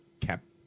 kept